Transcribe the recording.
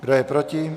Kdo je proti?